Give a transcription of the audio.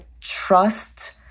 trust